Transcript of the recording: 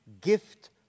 gift